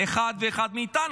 אחד ואחד מאיתנו.